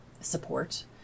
support